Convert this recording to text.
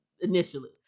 initially